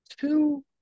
two